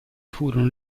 furono